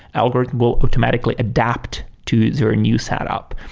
algorithm will automatically adapt to their new setup,